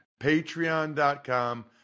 Patreon.com